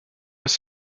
was